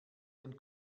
den